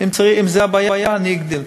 אם זו הבעיה, אני אגדיל.